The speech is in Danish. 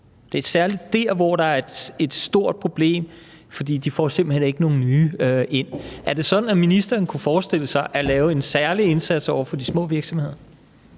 Det er særlig der, der er et stort problem, for de får simpelt hen ikke nogle nye ind. Er det sådan, at ministeren kunne forestille sig at lave en særlig indsats over for de små virksomheder?